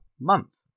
month